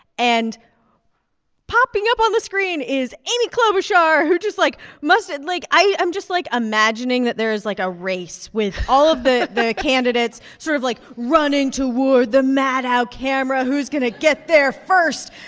and popping up on the screen is amy klobuchar, who just, like, must and like, i am just, like, imagining that there is, like, a race with all of the the candidates sort of, like, running toward the maddow camera. who's going to get there first?